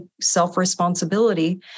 self-responsibility